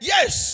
Yes